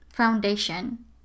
foundation